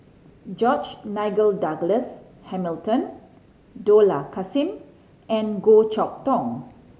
George Nigel Douglas Hamilton Dollah Kassim and Goh Chok Tong